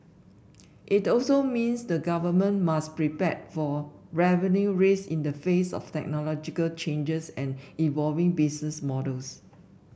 it also means the government must prepare for revenue risk in the face of technological changes and evolving business models